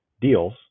deals